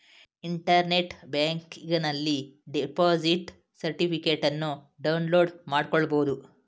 internet ಬ್ಯಾಂಕಿಂಗನಲ್ಲಿ deposit ಸರ್ಟಿಫಿಕೇಟನ್ನು download ಮಾಡ್ಕೋಬಹುದು